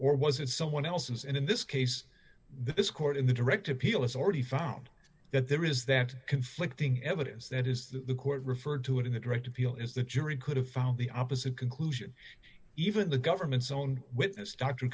or was it someone else's and in this case this court in the direct appeal has already found that there is that conflicting evidence that is that the court referred to it in the direct appeal is the jury could have found the opposite conclusion even the government's own witness d